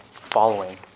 following